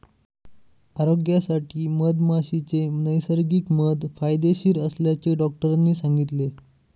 आरोग्यासाठी मधमाशीचे नैसर्गिक मध फायदेशीर असल्याचे डॉक्टरांनी सांगितले